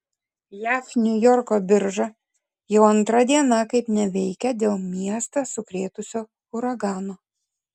jav niujorko birža jau antra diena kaip neveikia dėl miestą sukrėtusio uragano